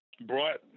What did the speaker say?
brought